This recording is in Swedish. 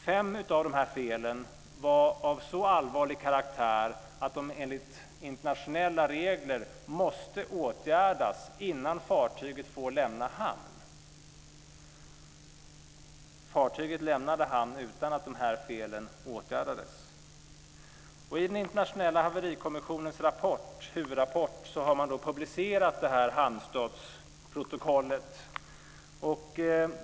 Fem av dessa fel var av så allvarlig karaktär att de enligt internationella regler måste åtgärdas innan fartyget fick lämna hamn. Fartyget lämnade hamn utan att felen åtgärdades. I den internationella haverikommissionens huvudrapport har man publicerat hamnstadsprotokollet.